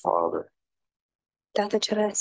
Father